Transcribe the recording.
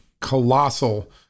colossal